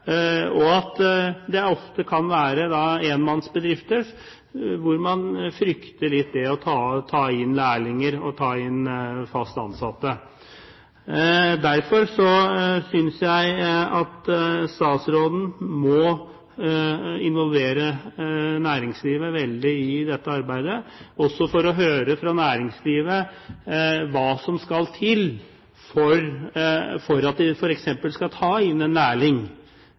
og at det ofte kan være enmannsbedrifter hvor man frykter litt det å ta inn lærlinger og ta inn fast ansatte. Derfor synes jeg at statsråden må involvere næringslivet veldig i dette arbeidet, også for å høre fra næringslivet hva som skal til for at de f.eks. skal ta inn en